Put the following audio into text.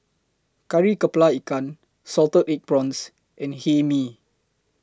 Kari Kepala Ikan Salted Egg Prawns and Hae Mee